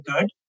good